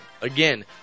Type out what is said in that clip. Again